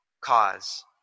cause